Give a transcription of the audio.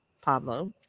Pablo